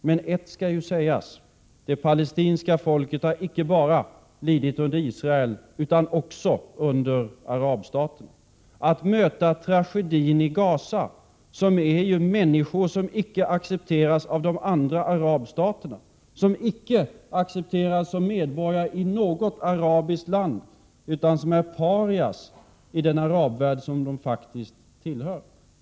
Men ett skall sägas: Det palestinska folket har lidit icke bara under Israel utan också under Arabstaterna. Tragedin i Gaza gäller människor som inte accepteras av de andra arabstaterna, som inte accepteras som medborgare i något arabiskt land utan som är parias i den arabvärld som de faktiskt tillhör.